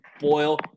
boil